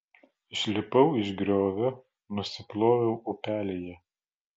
išlipau iš griovio nusiploviau upelyje